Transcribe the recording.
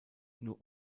nur